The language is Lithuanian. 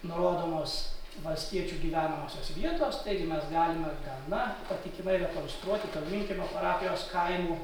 nurodomos valstiečių gyvenamosios vietos taigi mes galime gana patikimai rekonstruoti tolminkiemio parapijos kaimų